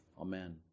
Amen